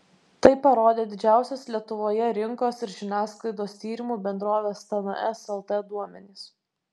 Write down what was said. tai parodė didžiausios lietuvoje rinkos ir žiniasklaidos tyrimų bendrovės tns lt duomenys